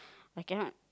I cannot